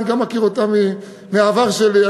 אני גם מכיר אותה מהעבר שלי,